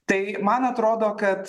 tai man atrodo kad